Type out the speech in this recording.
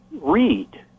read